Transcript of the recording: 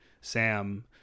Sam